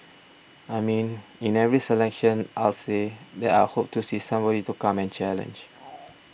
I mean in every election I'll say that I hope to see somebody to come and challenge